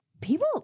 people